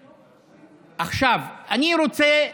עכשיו, אני רוצה לשאול: